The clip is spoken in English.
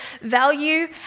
value